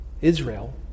Israel